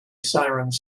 sirens